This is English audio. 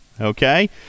Okay